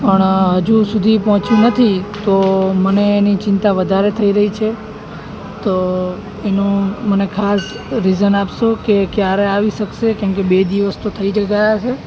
પણ હજુ સુધી પહોંચ્યું નથી તો મને એની ચિંતા વધારે થઈ રહી છે તો એનું મને ખાસ રીઝન આપશો કે ક્યારે આવી શકશે કેમકે બે દિવસ તો થઈ જ ગયા છે